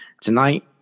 tonight